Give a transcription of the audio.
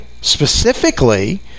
specifically